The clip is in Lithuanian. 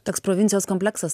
toks provincijos kompleksas